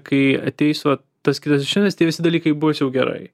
kai ateis va tas kitas dešimtmetis tie visi dalykai bus jau gerai